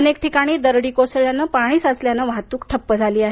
अनेक ठिकाणी दरडी कोसळल्यानं पाणी साचल्यानं वाहतूक ठप्प झाली आहे